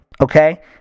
Okay